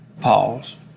Pause